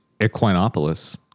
Equinopolis